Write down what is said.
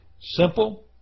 Simple